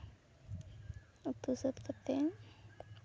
ᱩᱛᱩ ᱥᱟᱹᱛ ᱠᱟᱛᱮ